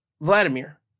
Vladimir